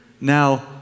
Now